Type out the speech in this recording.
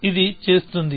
ఇది చేస్తోంది